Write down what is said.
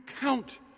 count